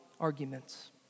arguments